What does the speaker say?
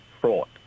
fraud